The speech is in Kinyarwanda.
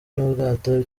n’ubwato